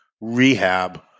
rehab